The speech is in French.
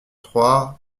trois